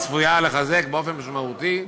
והיא צפויה לחזק באופן משמעותי